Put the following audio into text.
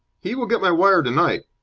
he will get my wire tonight.